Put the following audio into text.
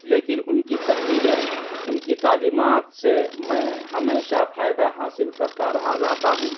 لیکن ان کی تحریریں ان کی تعلیمات سے میں ہمیشہ فائدہ حاصل کرتا رہا رہتا ہوں